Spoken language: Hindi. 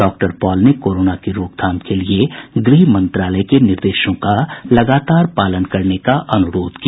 डॉक्टर पॉल ने कोरोना की रोकथाम के लिए गृह मंत्रालय के निर्देशों का लगातार पालन करने का अनुरोध किया